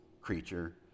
creature